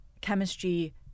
chemistry